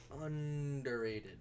Underrated